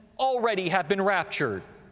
already have been raptured.